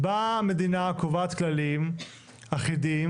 באה המדינה, קובעת כללים אחידים.